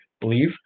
believe